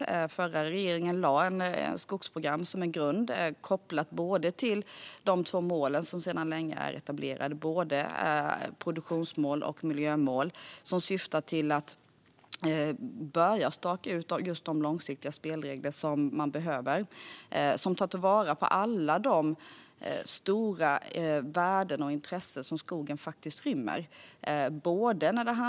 Den förra regeringen lade ett skogsprogram som en grund kopplat till de två mål som sedan länge är etablerade: produktionsmål och miljömål. Det syftar till att börja staka ut de långsiktiga spelregler som man behöver och som tar till vara alla de stora värden och intressen som skogen rymmer.